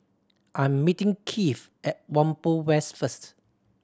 I'm meeting Keith at Whampoa West first